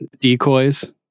decoys